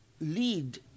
lead